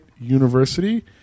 University